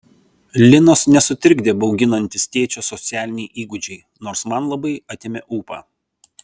linos nesutrikdė bauginantys tėčio socialiniai įgūdžiai nors man labai atėmė ūpą